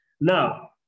Now